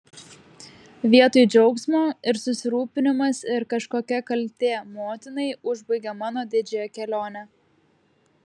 vietoj džiaugsmo ir susirūpinimas ir kažkokia kaltė motinai užbaigė mano didžiąją kelionę